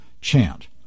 chant